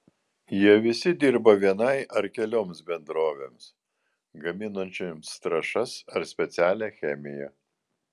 jie visi dirba vienai ar kelioms bendrovėms gaminančioms trąšas ar specialią chemiją